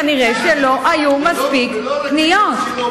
כנראה לא היו מספיק פניות.